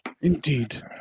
Indeed